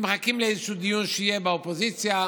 הם מחכים לאיזשהו דיון שיהיה באופוזיציה,